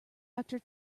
actor